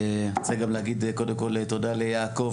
אני רוצה גם להגיד קודם כל תודה ליעקב